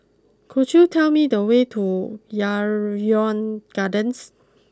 could you tell me the way to Yarrow Gardens